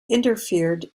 interfered